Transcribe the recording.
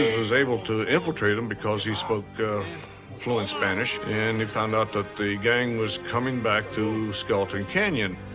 was able to infiltrate them because he spoke fluent spanish. and he found out that the gang was coming back to skeleton canyon.